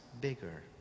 bigger